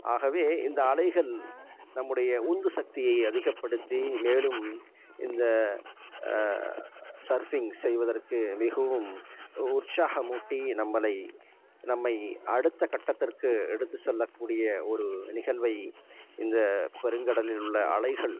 ஆகவே இந்த அலைகள் நம்முடைய உந்து சக்தியை அதிகப்படுத்தி மேலும் இந்த சர்ப்ஃபிங் செய்வதற்கு மிகவும் உற்சாகமூட்டி நம்மளை நம்மை அடுத்த கட்டத்திற்கு எடுத்துச் செல்லக்கூடிய ஒரு நிகழ்வை இந்த பெருங்கடலில் உள்ள அலைகள்